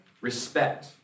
respect